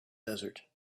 desert